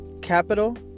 capital